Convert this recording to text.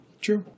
True